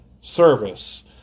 service